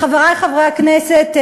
חברי חברי הכנסת,